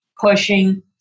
pushing